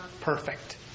perfect